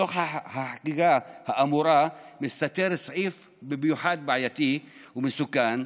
בתוך החקיקה האמורה מסתתר סעיף בעייתי במיוחד ומסוכן,